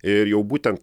ir jau būtent